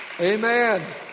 Amen